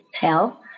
tell